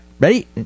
ready